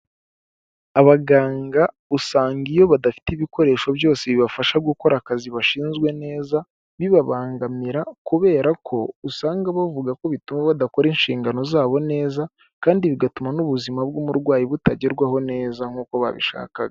Abaganga usanga iyo badafite ibikoresho byose bibafasha gukora akazi bashinzwe neza, bibabangamira kubera ko usanga bavuga ko bituma badakora inshingano zabo neza, kandi bigatuma n'ubuzima bw'umurwayi butagerwaho neza nk'uko babishakaga.